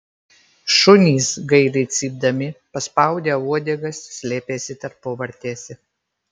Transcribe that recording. šunys gailiai cypdami paspaudę uodegas slėpėsi tarpuvartėse